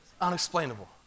Unexplainable